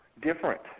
different